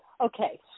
Okay